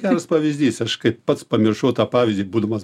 geras pavyzdys aš kaip pats pamiršau tą pavyzdį būdamas